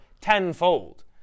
tenfold